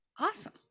awesome